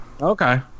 Okay